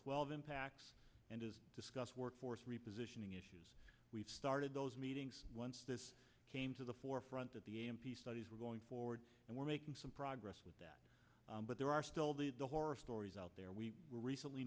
twelve impacts and discuss workforce repositioning issues we've started those meetings once this came to the forefront of the m p studies we're going forward and we're making some progress with that but there are still these the horror stories out there we were recently